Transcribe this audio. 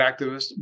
activists